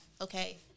okay